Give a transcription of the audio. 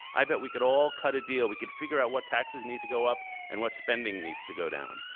i bet we could all cut a deal. we could figure out what taxes needed to go up and what spending needs to go down.